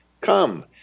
come